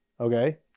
Okay